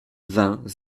vingt